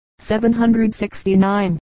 769